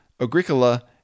Agricola